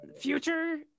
future